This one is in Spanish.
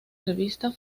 revista